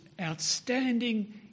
outstanding